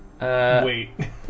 Wait